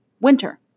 winter